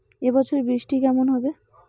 এবছর বৃষ্টি কেমন হবে?